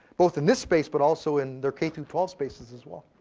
both in this space, but also in their k through twelve spaces as well.